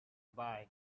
bye